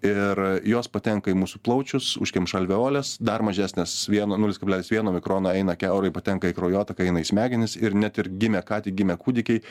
ir jos patenka į mūsų plaučius užkemša alveoles dar mažesnės vieno nulis kablelis vieno mikrono eina kiaurai patenka į kraujotaką eina į smegenis ir net ir gimę ką tik gimę kūdikiai